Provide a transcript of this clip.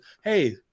hey